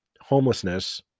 homelessness